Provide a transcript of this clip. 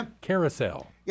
carousel